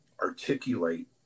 articulate